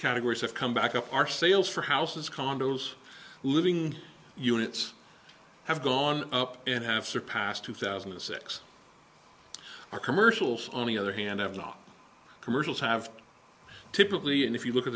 categories have come back up our sales for houses condos living units have gone up and have surpassed two thousand and six our commercials on the other hand have not commercials have typically and if you look at